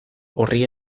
horri